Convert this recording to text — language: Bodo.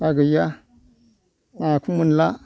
दा गैया नाखौ मोनला